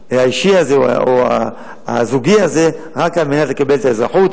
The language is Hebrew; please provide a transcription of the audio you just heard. האישי הזה או הזוגי הזה רק על מנת לקבל את האזרחות.